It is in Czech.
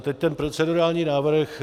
Teď ten procedurální návrh.